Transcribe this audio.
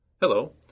Hello